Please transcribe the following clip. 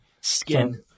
Skin